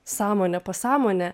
sąmonė pasąmonė